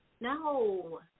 No